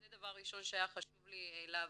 זה דבר ראשון שהיה חשוב לי להבהיר.